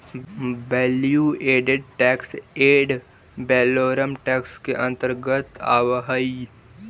value added tax ad valorem tax के अंतर्गत आवऽ हई